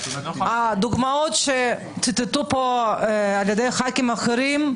הדוגמאות שציטטו פה חברי כנסת אחרים,